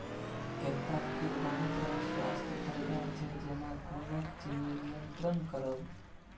कैता केर बहुत रास स्वास्थ्य फाएदा छै जेना खुनक चिन्नी नियंत्रण करब